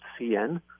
CN